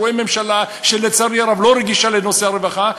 הוא רואה ממשלה שלצערי הרב אינה רגישה לנושא הרווחה,